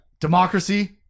Democracy